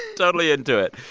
totally into it.